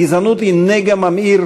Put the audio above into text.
הגזענות היא נגע ממאיר,